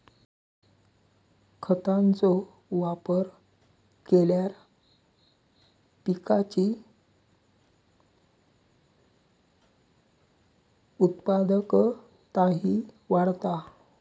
खतांचो वापर केल्यार पिकाची उत्पादकताही वाढता